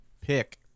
pick